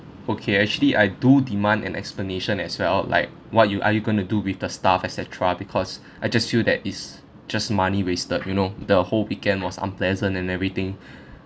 okay actually I do demand an explanation as well like what you are you going to do with the staff et cetera because I just feel that it's just money wasted you know the whole weekend was unpleasant and everything